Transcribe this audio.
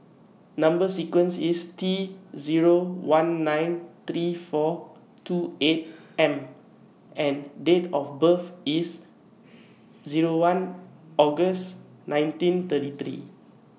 Number sequence IS T Zero one nine three four two eight M and Date of birth IS Zero one August nineteen thirty three